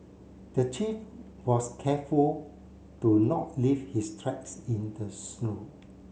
the thief was careful to not leave his tracks in the snow